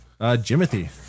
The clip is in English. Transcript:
Jimothy